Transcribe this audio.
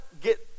get